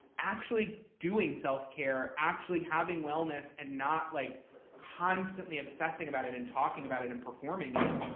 actually doing self-care, actually having wellness and not like constantly obsessing about it and talking about it and performing it,